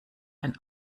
ein